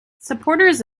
supporters